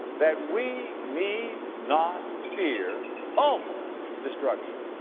that we need not fear ultimate destruction.